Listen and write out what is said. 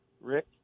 Rick